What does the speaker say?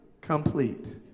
complete